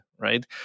right